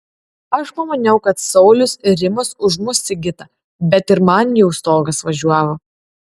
aš pamaniau kad saulius ir rimas užmuš sigitą bet ir man jau stogas važiavo